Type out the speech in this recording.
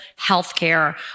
healthcare